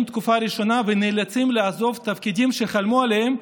את התקופה הראשונה ונאלצים לעזוב תפקידים שחלמו עליהם,